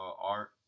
art